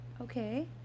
Okay